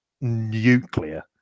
nuclear